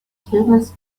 humans